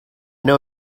know